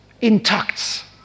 intact